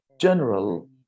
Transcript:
general